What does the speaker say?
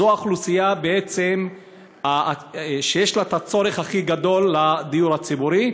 אז בעצם זו האוכלוסייה שיש לה הצורך הכי גדול בדיור הציבורי,